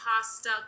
pasta